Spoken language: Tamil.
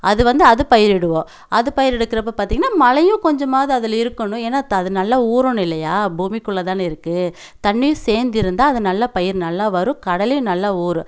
அது வந்து அது பயிரிடுவோம் அது பயிரெடுக்கிறப்போ பார்த்தீங்கன்னா மழையும் கொஞ்சமாவது அதில் இருக்கணும் ஏன்னா த அது நல்லா ஊறணும் இல்லையா பூமிக்குள்ளே தானே இருக்கு தண்ணியும் சேர்ந்து இருந்தால் அது நல்லா பயிர் நல்லா வரும் கடலையும் நல்லா ஊறும்